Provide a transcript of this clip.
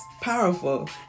powerful